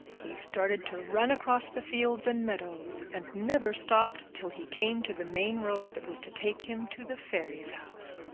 he started to run across the fields and meadows, and never stopped till he came to the main road that was to take him to the fairy's house.